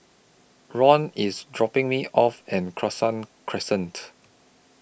Roel IS dropping Me off and Cassia Crescent